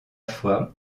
fois